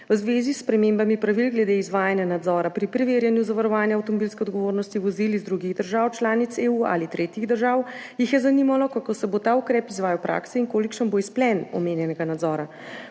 V zvezi s spremembami pravil glede izvajanja nadzora pri preverjanju zavarovanja avtomobilske odgovornosti vozil iz drugih držav članic EU ali tretjih držav jih je zanimalo, kako se bo ta ukrep izvaja v praksi in kolikšen bo izplen omenjenega nadzora.